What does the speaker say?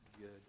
good